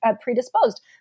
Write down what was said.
predisposed